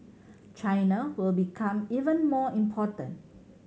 China will become even more important